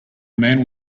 man